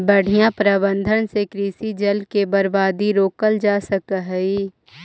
बढ़ियां प्रबंधन से कृषि जल के बर्बादी रोकल जा सकऽ हई